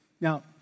Now